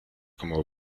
como